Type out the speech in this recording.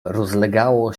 rozlegało